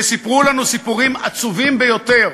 שסיפרו לנו סיפורים עצובים ביותר